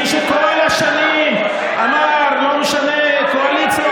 מי שכל השנים אמר: לא משנה קואליציה,